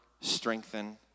strengthen